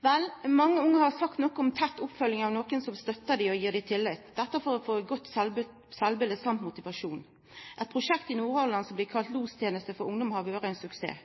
dei tillit, dette for å få eit godt sjølvbilete og motivasjon. Eit prosjekt i Nordhordland som blir kalla Los-prosjektet for ungdom, har vore ein suksess,